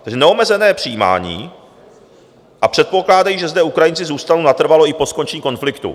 Takže neomezené přijímání a předpokládají, že zde Ukrajinci zůstanou natrvalo i po skončení konfliktu.